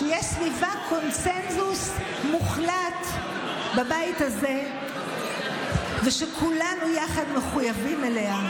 שיש סביבה קונסנזוס מוחלט בבית הזה ושכולנו יחד מחויבים אליה.